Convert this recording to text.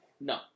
No